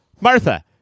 Martha